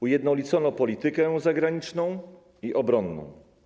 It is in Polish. Ujednolicono politykę zagraniczną i obronną.